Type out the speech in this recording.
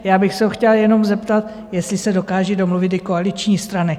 Já bych se ho chtěla jenom zeptat, jestli se dokážou domluvit i koaliční strany.